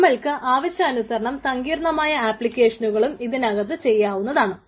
നമ്മൾക്ക് ആവശ്യാനുസരണം സങ്കീർണമായ ആപ്ലിക്കേഷനുകളും ഇതിനകത്ത് ചെയ്യാവുന്നതാണ്